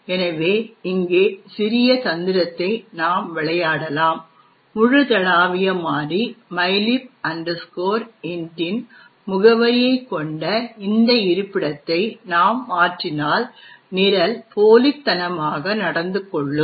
எனவே இங்கே ஒரு சிறிய தந்திரத்தை நாம் விளையாடலாம் முழுதளாவிய மாறி mylib int இன் முகவரியைக் கொண்ட இந்த இருப்பிடத்தை நாம் மாற்றினால் நிரல் போலித்தனமாக நடந்து கொள்ளும்